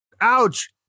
Ouch